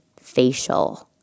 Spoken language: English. facial